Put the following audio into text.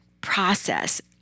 process